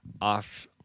Off-